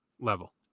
level